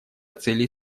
целей